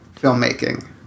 filmmaking